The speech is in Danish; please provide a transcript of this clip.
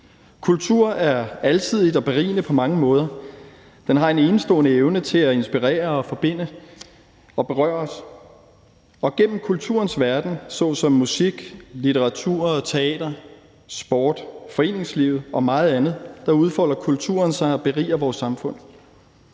Kultur er alsidig og berigende på mange måder. Den har en enestående evne til at inspirere, forbinde og berøre os, og gennem kulturens verden, f.eks. musik, litteratur og teater, sport og foreningsliv og meget andet, udfolder kulturen sig og beriger vores samfund.